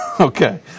Okay